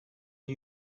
the